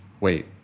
wait